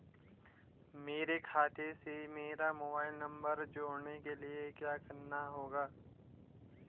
मेरे खाते से मेरा मोबाइल नम्बर जोड़ने के लिये क्या करना होगा?